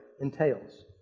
entails